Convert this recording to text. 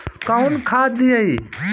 कौन खाद दियई?